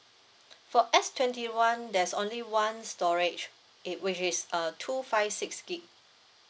for S twenty one there's only one storage it which is uh two five six gig